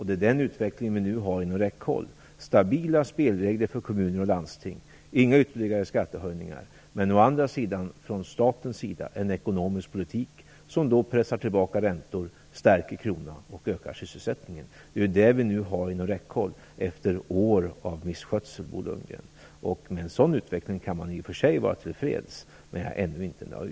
Det är den utvecklingen som vi nu har inom räckhåll - stabila spelregler för kommuner och landsting, inga ytterligare skattehöjningar, men å andra sidan, från statens sida, en ekonomisk politik som pressar tillbaka räntorna, stärker kronan och ökar sysselsättningen. Det är ju detta som vi nu har inom räckhåll efter år av misskötsel, Bo Lundgren. Med en sådan utveckling kan man i och för sig var till freds. Men jag är självklart ännu inte nöjd.